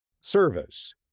Service